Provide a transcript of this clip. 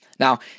Now